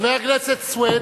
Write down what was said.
חבר הכנסת סוייד,